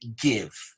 give